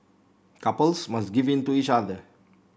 couples must give in to each other